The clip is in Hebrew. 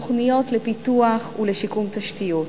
תוכניות לפיתוח ולשיקום תשתיות,